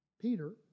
Peter